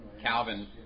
Calvin